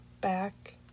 back